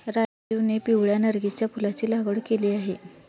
राजीवने पिवळ्या नर्गिसच्या फुलाची लागवड केली आहे